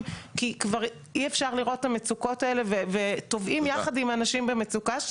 כי כבר אי אפשר לראות את המצוקות האלה וטובעים יחד עם האנשים במצוקה.